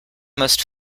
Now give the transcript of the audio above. most